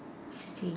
city